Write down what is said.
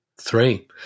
three